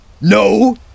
No